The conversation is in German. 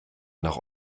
nach